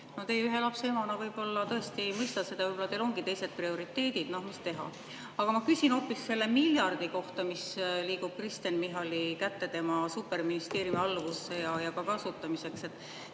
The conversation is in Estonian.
Teie ühe lapse emana võib-olla tõesti ei mõista seda, võib-olla teil ongi teised prioriteedid. No mis teha. Aga ma küsin hoopis selle miljardi kohta, mis liigub Kristen Michali kätte, tema superministeeriumi alluvusse ja kasutamiseks.